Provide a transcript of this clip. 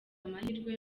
amahirwe